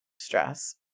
stress